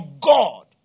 God